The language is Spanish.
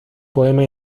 poema